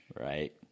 Right